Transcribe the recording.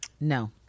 no